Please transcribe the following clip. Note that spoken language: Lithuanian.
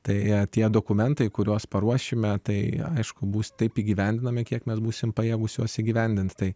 tai tie dokumentai kuriuos paruošime tai aišku bus taip įgyvendinami kiek mes būsime pajėgūs juos įgyvendinti tai